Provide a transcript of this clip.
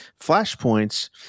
flashpoints